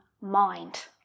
mind